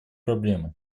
проблемы